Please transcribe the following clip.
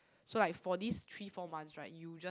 so like for these three four months right you just